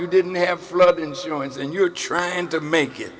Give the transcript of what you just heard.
you didn't have flood insurance and you're trying to make it